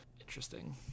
interesting